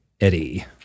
Eddie